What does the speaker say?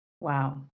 Wow